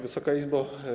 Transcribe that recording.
Wysoka Izbo!